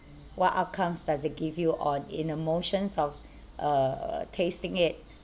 what outcomes does it give you on in the motions of uh tasting it